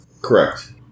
Correct